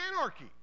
anarchy